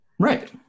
Right